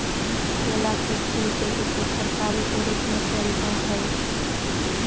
केला के फूल के उपयोग तरकारी के रूप में कयल जा हई